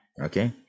Okay